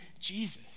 Jesus